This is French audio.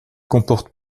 comporte